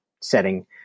setting